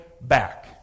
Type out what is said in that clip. back